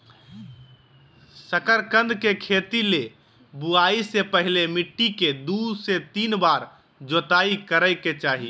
शकरकंद के खेती ले बुआई से पहले मिट्टी के दू से तीन बार जोताई करय के चाही